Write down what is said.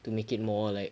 to make it more like